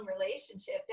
relationship